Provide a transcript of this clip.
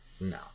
No